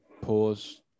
pause